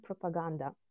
propaganda